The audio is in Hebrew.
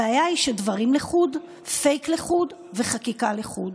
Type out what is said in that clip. הבעיה היא שדברים לחוד, פייק לחוד וחקיקה לחוד.